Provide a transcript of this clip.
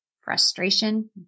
Frustration